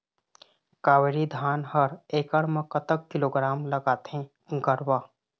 कावेरी धान हर एकड़ म कतक किलोग्राम लगाथें गरवा?